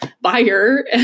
buyer